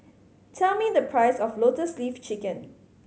tell me the price of Lotus Leaf Chicken